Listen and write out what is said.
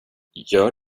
gör